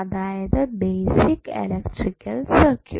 അതായത് basic electrical circuit